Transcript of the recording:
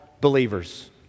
believers